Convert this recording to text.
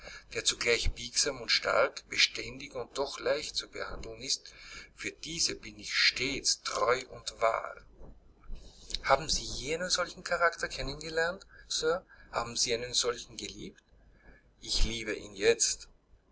der zugleich biegsam und stark beständig und doch leicht zu behandeln ist für diese bin ich stets treu und wahr haben sie je einen solchen charakter kennen gelernt sir haben sie einen solchen geliebt ich liebe ihn jetzt